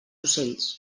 ocells